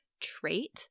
trait